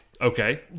Okay